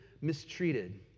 mistreated